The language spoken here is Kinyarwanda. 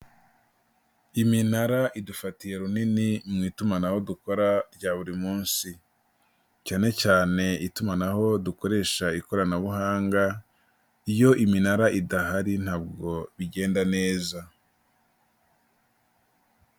Iminara idufatiye runini mu itumanaho dukora rya buri munsi, cyane cyane itumanaho dukoresha ikoranabuhanga, iyo iminara idahari ntabwo bigenda neza.